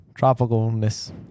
tropicalness